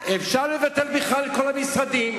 אפשר לבטל בכלל את כל המשרדים,